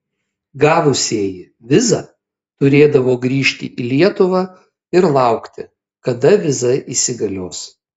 gavusieji vizą turėdavo grįžti į lietuvą ir laukti kada viza įsigalios